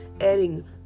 adding